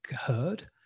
heard